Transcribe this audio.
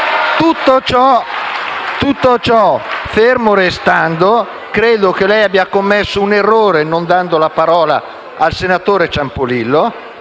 Gruppo M5S)*. Fermo restando ciò, credo che lei abbia commesso un errore non dando la parola al senatore Ciampolillo,